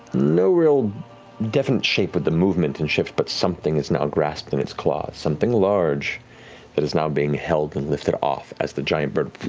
no real definite shape with the movement and shift, but something is now grasped in its claws. something large that is now being held and lifted off as the giant bird